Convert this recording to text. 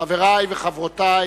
חברי וחברותי